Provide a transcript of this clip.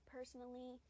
Personally